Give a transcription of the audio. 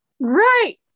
right